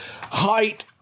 height